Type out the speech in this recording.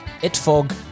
itfog